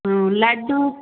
ம் லட்டு